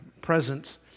presence